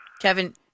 Kevin